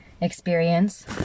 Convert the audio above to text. experience